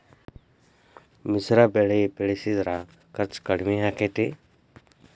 ಮಿಶ್ರ ಬೆಳಿ ಬೆಳಿಸಿದ್ರ ಖರ್ಚು ಕಡಮಿ ಆಕ್ಕೆತಿ?